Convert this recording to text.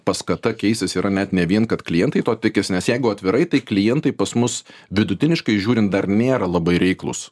paskata keistis yra net ne vien kad klientai to tikis nes jeigu atvirai tai klientai pas mus vidutiniškai žiūrint dar nėra labai reiklūs